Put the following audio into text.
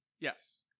Yes